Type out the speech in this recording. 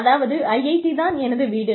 அதாவது IIT தான் எனது வீடு